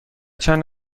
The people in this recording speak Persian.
چند